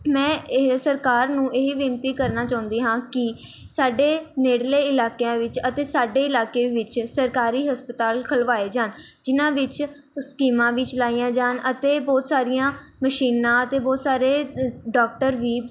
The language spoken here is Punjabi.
ਮੈਂ ਇਹ ਸਰਕਾਰ ਨੂੰ ਇਹ ਬੇਨਤੀ ਕਰਨਾ ਚਾਹੁੰਦੀ ਹਾਂ ਕਿ ਸਾਡੇ ਨੇੜਲੇ ਇਲਾਕਿਆਂ ਵਿੱਚ ਅਤੇ ਸਾਡੇ ਇਲਾਕੇ ਵਿੱਚ ਸਰਕਾਰੀ ਹਸਪਤਾਲ ਖੁੱਲ੍ਹਵਾਏ ਜਾਣ ਜਿਨ੍ਹਾਂ ਵਿੱਚ ਸਕੀਮਾਂ ਵੀ ਚਲਾਈਆਂ ਜਾਣ ਅਤੇ ਬਹੁਤ ਸਾਰੀਆਂ ਮਸ਼ੀਨਾਂ ਅਤੇ ਬਹੁਤ ਸਾਰੇ ਡੋਕਟਰ ਵੀ